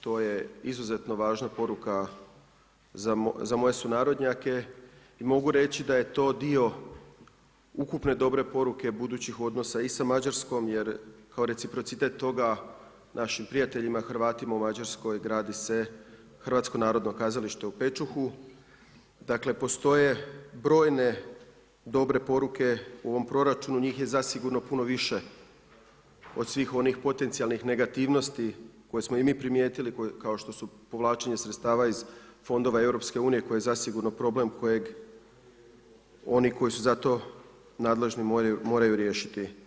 to je izuzetno važna poruka za moje sunarodnjake i mogu reći da je to dio ukupne dobre poruke budućih odnosa i Mađarskom jer kao reciprocitet toga našim prijateljima Hrvatima u Mađarskoj gradi se Hrvatsko narodno kazalište u Pecuhu, dakle, postoje brojne dobre poruke u ovom proračunu njih je zasigurno puno više od svih onih potencijalnih negativnosti koje smo i mi primijetili kao što su povlačenje sredstava iz Fondova Europske unije koji je zasigurno problem kojeg oni koji su za to nadležni moraju riješiti.